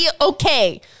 okay